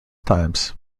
times